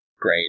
great